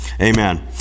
Amen